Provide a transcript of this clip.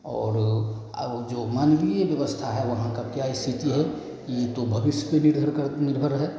और और जो मानवीय व्यवस्था है वहाँ का क्या स्थिति है यह तो भविष्य पर निर्भर कर निर्भर है